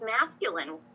masculine